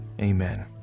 amen